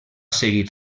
seguir